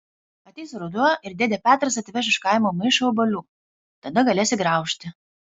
ateis ruduo ir dėdė petras atveš iš kaimo maišą obuolių tada galėsi graužti